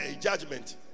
judgment